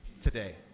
today